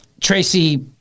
Tracy